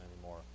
anymore